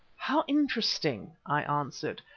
how interesting! i answered.